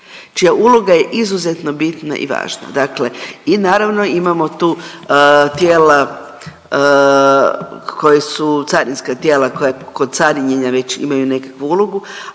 čija uloga je izuzetno bitna i važna, dakle i naravno imamo tu tijela koji su carinska tijela koja kod carinjenja već imaju nekakvu ulogu,